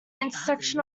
intersection